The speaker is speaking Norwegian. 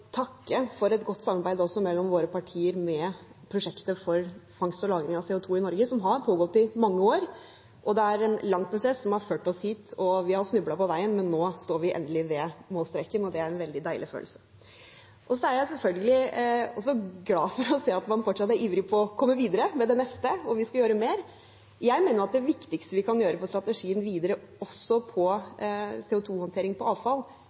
for et godt samarbeid mellom våre partier om prosjektet for fangst og lagring av CO 2 i Norge, som har pågått i mange år. Det er en lang prosess som har ført oss hit. Vi har snublet på veien, men nå står vi endelig ved målstreken, og det er en veldig deilig følelse. Så er jeg selvfølgelig glad for å se at man fortsatt er ivrig etter å komme videre med det neste, og vi skal gjøre mer. Jeg mener at det viktigste vi kan gjøre for strategien videre, også når det gjelder CO 2 -håndtering av avfall,